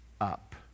up